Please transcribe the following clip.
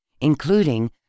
including